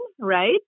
right